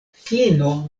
fino